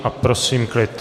A prosím klid.